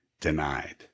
denied